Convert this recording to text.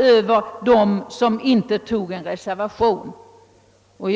över dem, som inte reserverade sig.